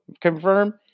Confirm